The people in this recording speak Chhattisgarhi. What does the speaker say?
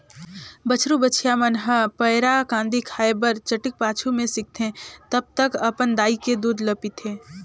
बछरु बछिया मन ह पैरा, कांदी खाए बर चटिक पाछू में सीखथे तब तक अपन दाई के दूद ल पीथे